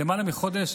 למעלה מחודש,